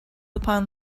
upon